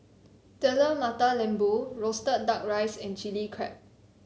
Telur Mata Lembu roasted duck rice and Chilli Crab